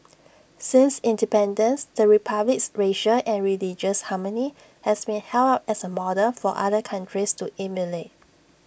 since independence the republic's racial and religious harmony has been held up as A model for other countries to emulate